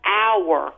hour